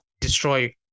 destroy